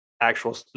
actual